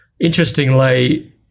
Interestingly